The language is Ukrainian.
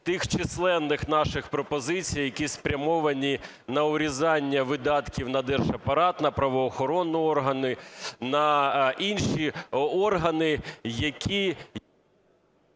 тих численних наших пропозицій, які спрямовані на урізання видатків на держапарат, на правоохоронні органи, на інші органи, які...